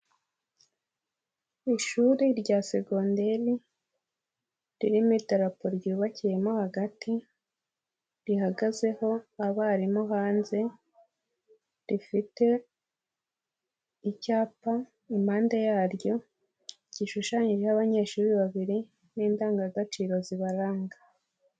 Ishuri rya Segonderi ririmo idarapo ryubakiyemo hagati, rihagazeho abarimu hanze, rifite icyapa impande yaryo, gishushanyijeho abanyeshuri babiri n'indangagaciro zibaranga.